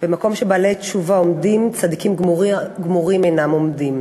במקום שבעלי תשובה עומדים צדיקים גמורים אינם עומדים.